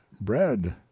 bread